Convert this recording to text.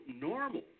normal